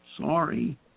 Sorry